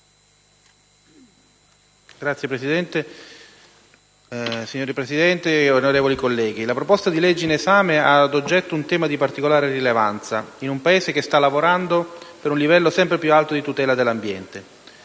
UPT)-PSI-MAIE)*. Signora Presidente, onorevoli colleghi, la proposta di legge in esame ha a oggetto un tema di particolare rilevanza in un Paese che sta lavorando per un livello sempre più alto di tutela dell'ambiente.